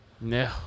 No